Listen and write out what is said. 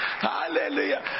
Hallelujah